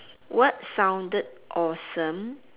what sounded awesome